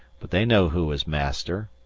but they know who is master.